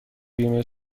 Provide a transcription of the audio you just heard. بیمه